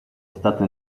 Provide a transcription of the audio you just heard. stato